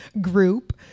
group